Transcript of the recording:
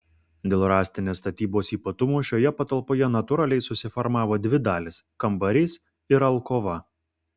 dėl rąstinės statybos ypatumų šioje patalpoje natūraliai susiformavo dvi dalys kambarys ir alkova